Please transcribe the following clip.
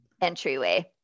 entryway